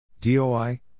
DOI